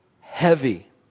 heavy